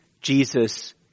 Jesus